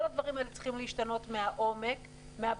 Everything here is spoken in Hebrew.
כל הדברים האלה שצריכים להשתנות מהעומק, מהבסיס.